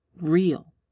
real